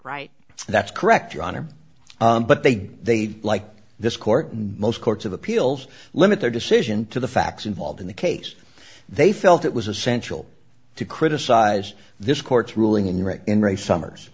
right that's correct your honor but they did they'd like this court and most courts of appeals limit their decision to the facts involved in the case they felt it was essential to criticize this court's ruling in red in re summers